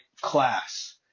class